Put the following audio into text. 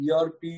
ERP